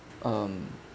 um